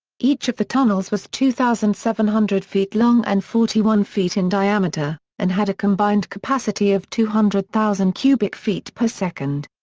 each of the tunnels was two thousand seven hundred feet long and forty one feet in diameter, and had a combined capacity of two hundred thousand cubic feet per second.